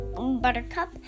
Buttercup